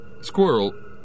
Squirrel